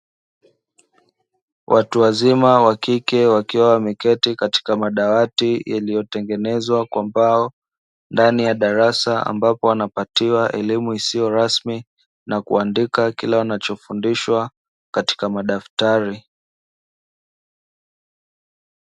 Watu wazima wakike wakiwa wameketi katika madawati yaliyotengenezwa kwa mbao ndani ya darasa, ambapo wanapatiwa elimu isiyo rasmi na kuandika kila wanachofundishwa katika madaftari.